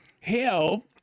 hell